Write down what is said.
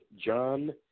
John